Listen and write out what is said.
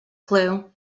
clue